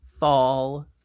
fall